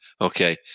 Okay